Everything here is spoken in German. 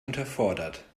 unterfordert